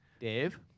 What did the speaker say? Dave